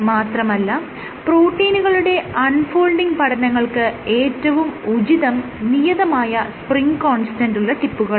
മാത്രമല്ല പ്രോട്ടീനുകളുടെ unfolding പഠനങ്ങൾക്ക് ഏറ്റവും ഉചിതം നിയതമായ സ്പ്രിങ് കോൺസ്റ്റന്റ് ഉള്ള ടിപ്പുകളാണ്